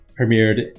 premiered